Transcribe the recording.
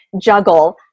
juggle